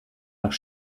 nach